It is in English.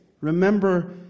remember